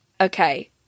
Okay